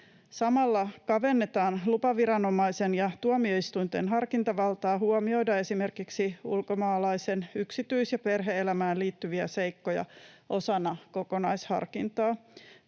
Samalla kavennetaan lupaviranomaisen ja tuomioistuinten harkintavaltaa huomioida esimerkiksi ulkomaalaisen yksityis- ja perhe-elämään liittyviä seikkoja osana kokonaisharkintaa.